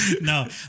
No